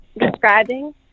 Describing